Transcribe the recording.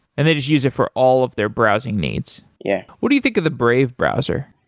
and they just use it for all of their browsing needs? yeah what do you think of the brave browser?